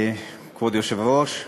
כבוד היושב-ראש,